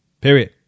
period